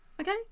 Okay